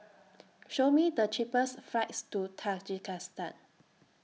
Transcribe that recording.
Show Me The cheapest flights to Tajikistan